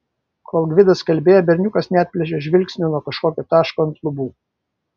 kol gvidas kalbėjo berniukas neatplėšė žvilgsnio nuo kažkokio taško ant lubų